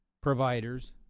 providers